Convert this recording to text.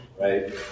right